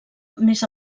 més